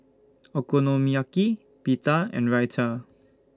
Okonomiyaki Pita and Raita